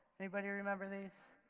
anybody remember these,